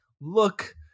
look